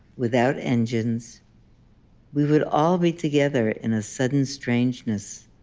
without engines we would all be together in a sudden strangeness.